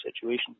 situation